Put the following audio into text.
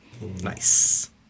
Nice